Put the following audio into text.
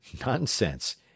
Nonsense